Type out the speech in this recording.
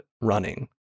running